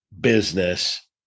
business